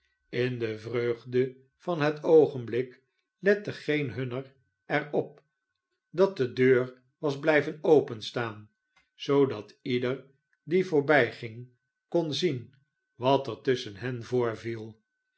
in de vreugde van het oogenblik lette geen hunner er op dat de deur was bly ven open staan zoodat ieder die voorbyging kon zien wat er tusschen hen voorviel